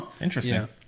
Interesting